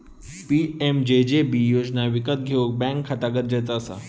PMJJB योजना विकत घेऊक बॅन्क खाता गरजेचा असा